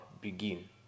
begin